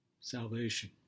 salvation